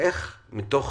איך מתוך